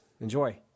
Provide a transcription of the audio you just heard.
Enjoy